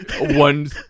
One